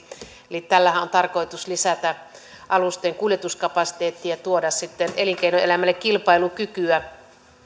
eli tällähän on tarkoitus lisätä alusten kuljetuskapasiteettia ja tuoda sitten elinkeinoelämälle kilpailukykyä